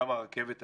גם רכבת ישראל,